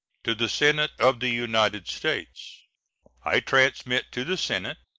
to the senate of the united states i transmit to the senate,